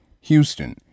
Houston